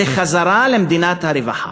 זה חזרה למדינת הרווחה.